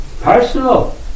personal